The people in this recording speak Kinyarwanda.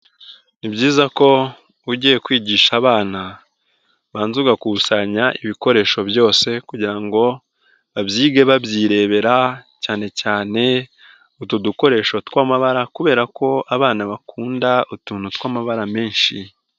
Ni byiza ko ugiye kwigisha abana, ubanza ugakusanya ibikoresho byose kugira ngo babyige babyirebera, cyane cyane utu dukoresho tw'amabara kubera ko abana bakunda utuntu tw'amabara menshi.